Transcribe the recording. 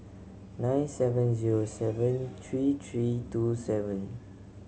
nine seven zero seven three three two seven